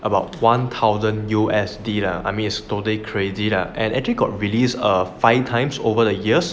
about one thousand USD lah I mean it is totally crazy lah and actually got released err five times over the years and